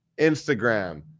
Instagram